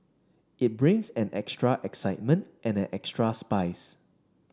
it brings an extra excitement and an extra spice